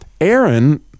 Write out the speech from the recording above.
aaron